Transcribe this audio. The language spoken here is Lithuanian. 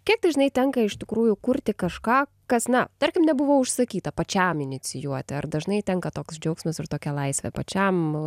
kiek dažnai tenka iš tikrųjų kurti kažką kas na tarkim nebuvo užsakyta pačiam inicijuoti ar dažnai tenka toks džiaugsmas ir tokia laisvė pačiam